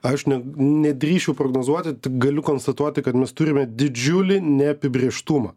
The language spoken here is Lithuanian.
aš net nedrįsčiau prognozuoti tik galiu konstatuoti kad mes turime didžiulį neapibrėžtumą